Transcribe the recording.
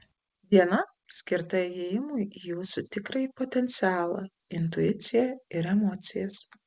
diena skirta įėjimui į jūsų tikrąjį potencialą intuiciją ir emocijas